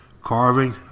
carving